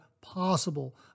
possible